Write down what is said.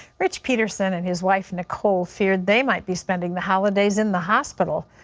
rich peterson and his wife nicole feared they might be spending the holidays in the hospital,